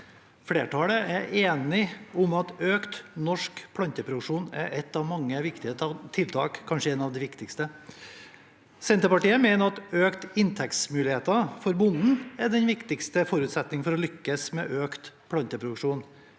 Flertallet er enige om at økt norsk planteproduksjon er et av mange viktige tiltak, kanskje et av de viktigste. Senterpartiet mener at økte inntektsmuligheter for bonden er den viktigste forutsetningen for å lykkes med økt planteproduksjon.